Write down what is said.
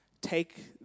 take